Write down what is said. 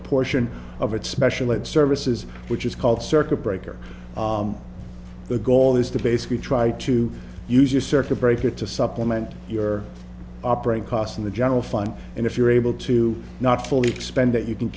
a portion of its special ed services which is called circuit breaker the goal is to basically try to use your circuit breaker to supplement your operating cost in the general fund and if you're able to not fully expend it you can